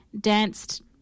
danced